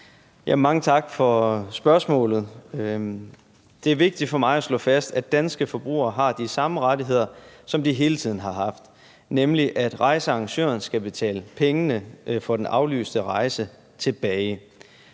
Mange tak for spørgsmålet. Det er vigtigt for mig at slå fast, at danske forbrugere har de samme rettigheder, som de hele tiden har haft, nemlig at rejsearrangøren skal betale pengene for den aflyste rejse tilbage.